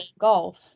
golf